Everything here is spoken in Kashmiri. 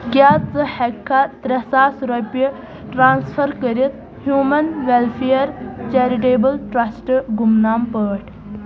کیٛاہ ژٕ ہٮ۪کہٕ کھا ترٛےٚ ساس رۄپیہِ ٹرٛانسفر کٔرِتھ ہیٛوٗمن ویلفِیَر چیٚرِٹیبٕل ٹرٛسٹ گُمنام پٲٹھۍ